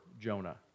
Jonah